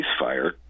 ceasefire